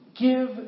Give